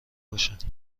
باشد